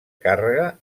càrrega